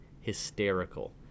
hysterical